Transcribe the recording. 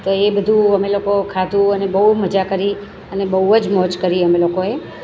તો એ બધું અમે લોકો ખાધું અને બહુ મજા કરી અને બહુ જ મોજ કરી અમે લોકોએ